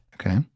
Okay